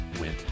went